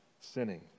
sinning